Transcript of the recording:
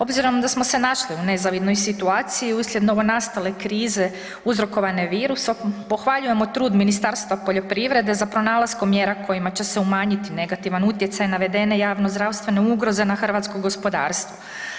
Obzirom da smo se našli u nezavidnoj situaciji uslijed novonastale krize uzrokovane virusom, pohvaljujemo trud Ministarstva poljoprivrede za pronalaskom mjera kojima će se umanjiti negativan utjecaj navedene javnozdravstvene ugroze na hrvatsko gospodarstvo.